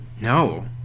No